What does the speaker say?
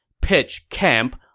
pitch, camp,